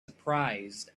surprised